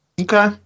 Okay